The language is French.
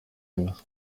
aimes